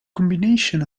combination